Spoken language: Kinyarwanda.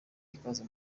ikaze